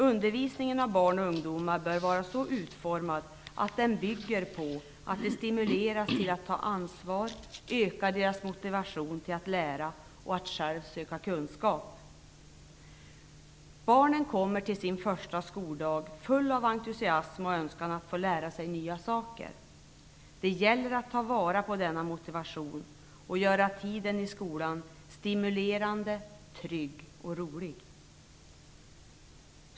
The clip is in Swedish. Undervisningen av barn och ungdomar bör vara så utformad att de stimuleras till att ta ansvar och att deras motivation till att lära och själva söka kunskap ökas. Barnen kommer till sin första skoldag fulla av entusiasm och en önskan att få lära sig nya saker. Det gäller att ta vara på denna motivation och att göra tiden i skolan stimulerande, trygg och rolig.